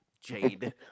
Jade